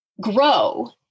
grow